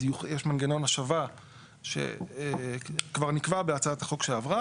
אז יש מנגנון השבה שכבר נקבע בהצעת החוק שעבר.